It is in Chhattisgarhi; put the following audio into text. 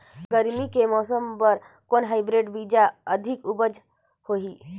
गरमी के मौसम बर कौन हाईब्रिड बीजा अधिक उपज होही?